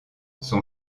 son